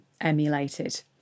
emulated